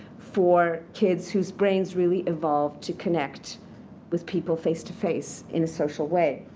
for kids whose brains really evolve to connect with people face-to-face in a social way.